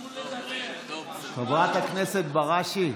חברת הכנסת בראשי,